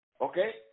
okay